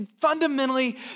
fundamentally